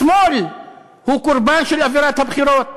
השמאל הוא קורבן של אווירת הבחירות.